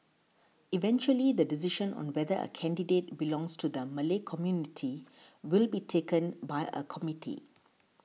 eventually the decision on whether a candidate belongs to the Malay community will be taken by a committee